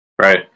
Right